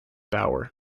bauer